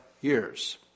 years